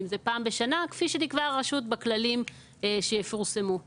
כפי שתקבע הרשות בכללים שיפורסמו.